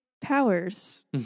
powers